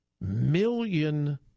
million